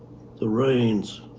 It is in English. the rains,